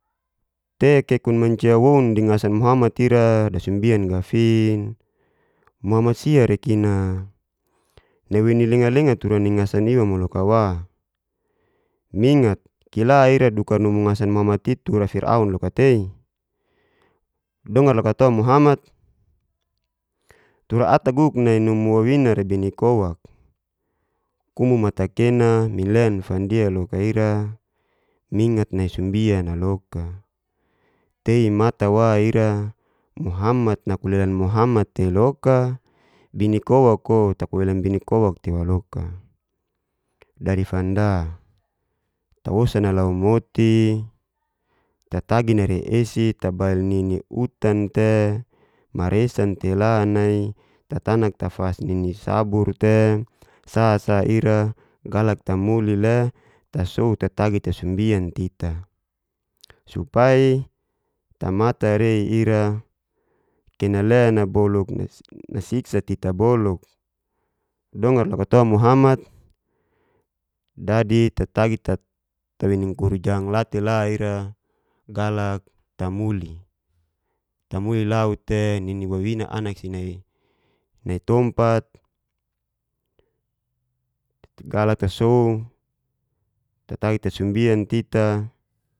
Te kekun mancia woun di ngasan mgasn muhamat ira dasumbin gafin, muhamat sia rekin'a nawei ni lenga-leng tura ningasan iwa loka wa, mingat kila ira dukar num ngasan muhamt it'tura firaun loka tei dongar loka to muhamat tura ata guk nai numu wawinara binikowak kumu matakena minlen fandia loka ira mingat nai sumbian'a lok tei mata wa'ira muhamat nakulelan muhamat tei loka bini kowak'o takulelan binikobak tewaloka. Dadi fanda' tawosa nalau moti tatagi narei esi tabail nini utan te, maresan tela nai tatanak tafas nini sabur te sa sa ira galak tamuli le tasou tatagi tasumbian tita, supi tamata rei ira kena lena boluk nasiksa kita boluk dongar loka to muhamat, dadi tatagi tawei nini kurjang la te la ira galak tamuli tamuli lau te nini wawina anak sinai tompat galak ta sou tatagi tasumbian tita.